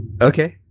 Okay